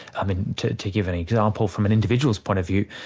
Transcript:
i mean, to to give an example from an individual's point of view,